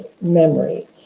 memory